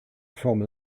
formel